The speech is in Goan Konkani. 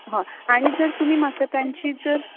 हय आनी जर तुमी म्हाका तांची जर